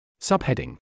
Subheading